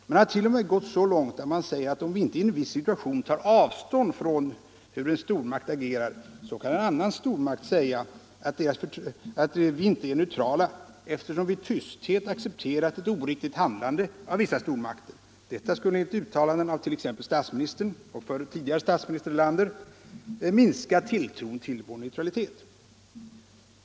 Man har t.o.m. gått så långt att man säger att om vi inte i en viss situation tar avstånd från hur en stormakt agerar, så kan en annan stormakt säga att vi inte är neutrala eftersom vi i tysthet har accepterat ett oriktigt handlande av vissa stormakter. Detta skulle enligt uttalanden av t.ex. statsministern Palme och förre statsministern Erlander minska tilltron till vår neutralitet.